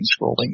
scrolling